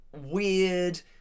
weird